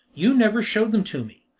you never showed them to me.